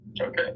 Okay